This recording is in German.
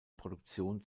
produktion